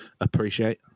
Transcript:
appreciate